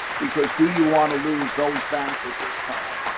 because, do you want to lose those banks at this time?